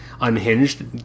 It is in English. unhinged